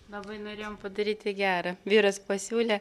labai norėjom padaryti gera vyras pasiūlė